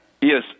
yes